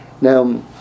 Now